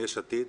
יש עתיד,